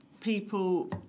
people